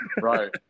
right